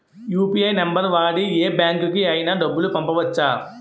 UPI number వాడి యే బ్యాంకుకి అయినా డబ్బులు పంపవచ్చ్చా?